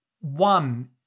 one